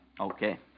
Okay